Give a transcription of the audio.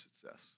success